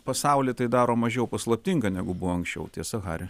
pasaulį tai daro mažiau paslaptingą negu buvo anksčiau tiesa hari